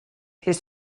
his